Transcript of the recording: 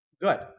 Good